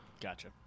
Gotcha